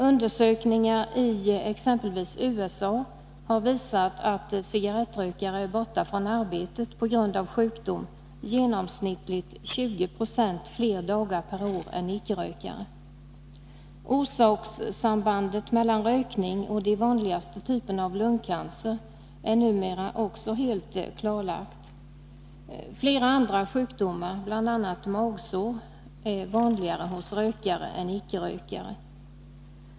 Undersökningar i exempelvis USA har visat att cigarrettrökare är borta från arbetet på grund av sjukdom genomsnittligt 20 96 fler dagar per år än icke-rökare. Orsakssambandet mellan rökning och de vanligaste typerna av lungcancer är också numera helt klarlagt. Flera andra sjukdomar, bl.a. magsår, är vanligare bland rökare än bland icke-rökare.